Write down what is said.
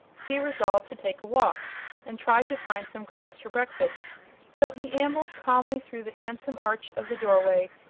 he resolved to take a walk and try to find some grass for breakfast so he ambled calmly through the handsome arch of the doorway,